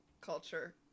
culture